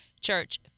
Church